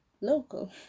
local